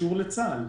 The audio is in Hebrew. שקשור לצה"ל.